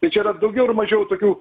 tai čia yra daugiau ar mažiau tokių